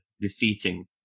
defeating